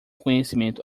conhecimento